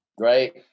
right